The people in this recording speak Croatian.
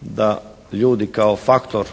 da ljudi kao faktor